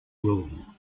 rule